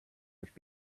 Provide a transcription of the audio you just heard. which